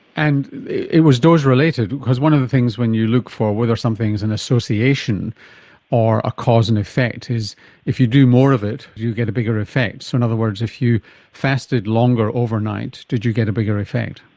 and it was dose-related, because one of the things when you look for whether something is an association or a cause and effect is if you do more of it you get a bigger effect. so in other words, if you fasted longer overnight, did you get a bigger effect?